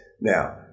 Now